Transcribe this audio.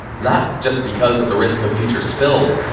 not just because of the risk of future spills,